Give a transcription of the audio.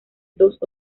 dos